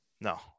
No